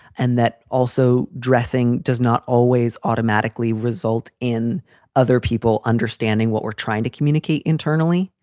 and that also dressing does not always automatically result in other people understanding what we're trying to communicate internally.